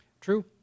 True